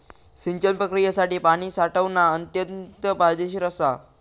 सिंचन प्रक्रियेसाठी पाणी साठवण अत्यंत फायदेशीर असा